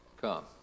come